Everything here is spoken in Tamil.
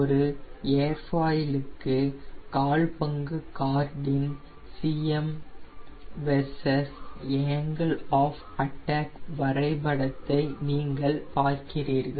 ஒரு ஏர்ஃபாயிலுக்கு கால்பங்கு கார்டின் Cm versus angle of attack வரைபடத்தை நீங்கள் பார்ப்பீர்கள்